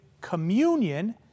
communion